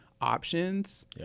options